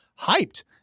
hyped